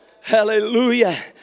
Hallelujah